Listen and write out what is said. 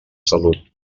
salut